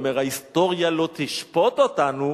הוא אומר: ההיסטוריה לא תשפוט אותנו